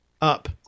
up